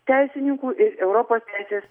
teisininkų ir europos teisės